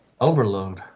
overload